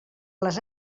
les